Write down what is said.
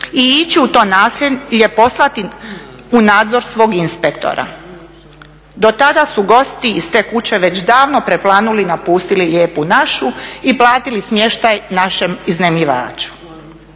i ići u to naselje poslati u nadzor svog inspektora. Do tada su gosti iz te kuće već davno preplanuli napustili Lijepu našu i platili smještaj našem iznajmljivaču.